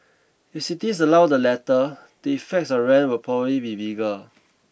if cities allow the latter the effects on rent will probably be bigger